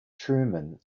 truman